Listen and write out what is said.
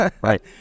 Right